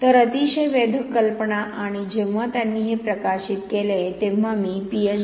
तर अतिशय वेधक कल्पना आणि जेव्हा त्यांनी हे प्रकाशित केले तेव्हा मी पीएच